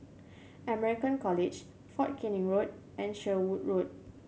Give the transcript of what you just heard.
American College Fort Canning Road and Sherwood Road